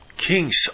Kings